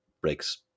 breaks